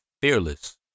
fearless